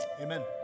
Amen